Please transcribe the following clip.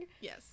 Yes